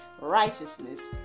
righteousness